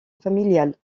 familiale